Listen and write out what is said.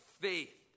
faith